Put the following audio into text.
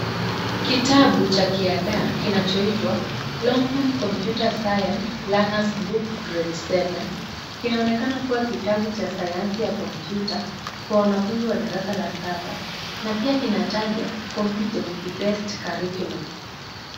Kitabu cha kiadaa kinachoitwa longhorn computer science learners book grade 7. Kinaonekana kiwa kitabu cha sayansi ya kompyuta kwa wanafunzi wa darasa la saba na pia kinataja competency based curriculum.